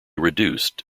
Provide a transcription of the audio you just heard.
reduced